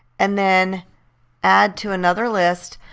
and then add to another list.